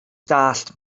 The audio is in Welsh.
deall